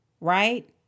Right